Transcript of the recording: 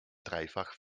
dreifach